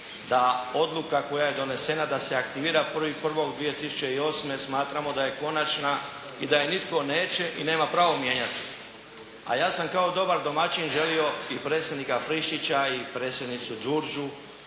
da odluka koja je donesena da se aktivira 1.1.2008. jer smatramo da je konačna i da je nitko neće i nema pravo mijenjati. A ja sam kao dobar domaćin želio i predsjednika Frišćića i predsjednicu Đurđu